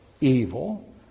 evil